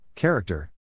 Character